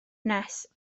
nes